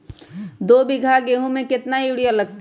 दो बीघा गेंहू में केतना यूरिया लगतै?